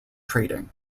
trading